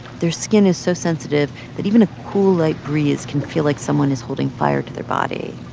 their skin is so sensitive that even a cool, light breeze can feel like someone is holding fire to their body.